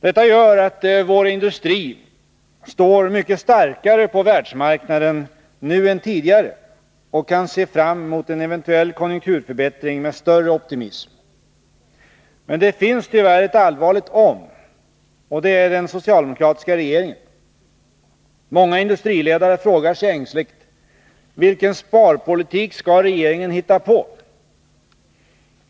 Detta gör att vår industri står mycket starkare på världsmarknaden än tidigare och kan se fram mot en eventuell konjunkturförbättring med större optimism. Men det finns tyvärr ett allvarligt om. Och det är den socialdemokratiska regeringen. Många industriledare frågar sig ängsligt: Vilken sparpolitik skall regeringen hitta på?